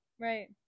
Right